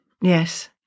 Yes